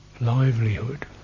livelihood